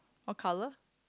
what colour